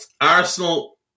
Arsenal